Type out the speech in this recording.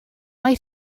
mae